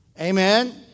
amen